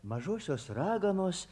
mažosios raganos